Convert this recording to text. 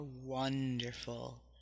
wonderful